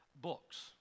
books